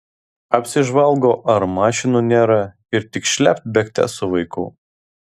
apsižvalgo ar mašinų nėra ir tik šlept bėgte su vaiku